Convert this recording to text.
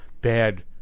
bad